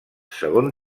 segon